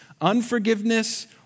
unforgiveness